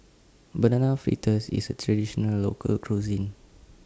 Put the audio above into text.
Banana Fritters IS A Traditional Local Cuisine